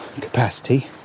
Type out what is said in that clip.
capacity